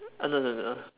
oh no no no no